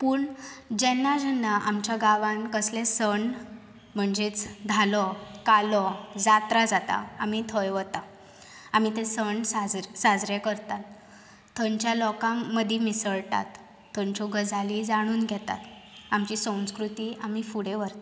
पूण जेन्ना जेन्ना आमच्या गांवान कसलें सण म्हणजेच धालो कालो जात्रा जाता आमी थंय वतां आमी तें सण साजरे करतात थंयच्या लोकां मदी मिसळाटात थंयच्यो गजाली जाणून घेतात आमची संस्कृती आमी फुडें व्हरतात